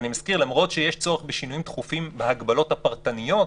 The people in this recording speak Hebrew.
אני מזכיר שלמרות שיש צורך בשינויים דחופים בהגבלות הפרטניות,